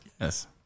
Yes